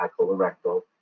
colorectal